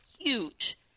huge